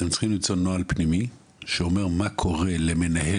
אתם צריכים למצוא נוהל פנימי שאומר מה קורה למנהל